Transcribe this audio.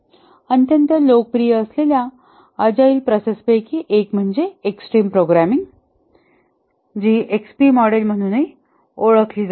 अत्यंत लोकप्रिय असलेल्या अजाईल प्रोसेस पैकी एक म्हणजे एक्सट्रीम प्रोग्रामिंग जी एक्सपी मॉडेल म्हणूनही ओळखली जाते